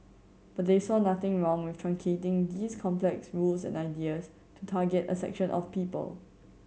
but they saw nothing wrong with truncating these complex rules and ideas to target a section of people